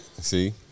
See